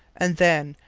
and then,